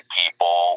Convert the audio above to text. people